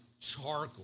charcoal